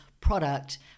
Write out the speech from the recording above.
product